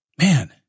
man